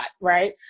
right